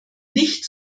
nicht